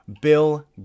Bill